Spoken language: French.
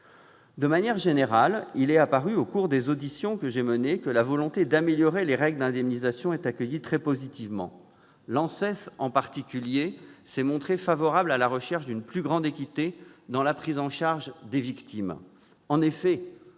De manière générale, il est apparu au cours des auditions que j'ai menées que la volonté d'améliorer les règles d'indemnisation est accueillie très positivement. L'ANSES, en particulier, s'est montrée favorable à la recherche d'une plus grande équité dans la prise en charge des victimes.